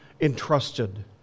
entrusted